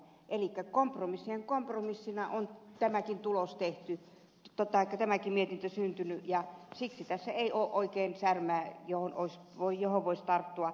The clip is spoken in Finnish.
elikkä kompromissien kompromissina on tämäkin mietintö syntynyt ja siksi tässä ei ole oikein särmää johon voisi tarttua